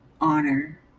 honor